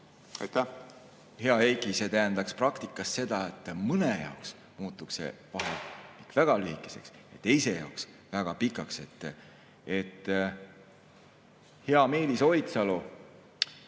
Hea Heiki! See tähendaks praktikas seda, et mõne jaoks muutub see vahe väga lühikeseks, teise jaoks väga pikaks. Hea Meelis Oidsalu,